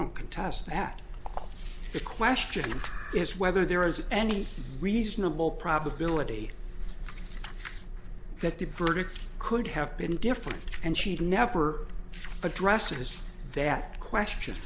don't contest that the question is whether there is any reasonable probability that the perfect could have been different and she'd never addresses that question